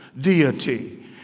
deity